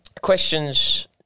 Questions